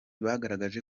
bagaragaje